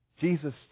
Jesus